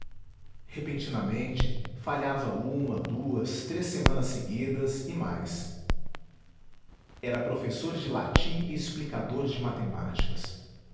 repentinamente falhava uma duas três semanas seguidas e mais era professor de latim e explicador de matemáticas